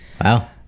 Wow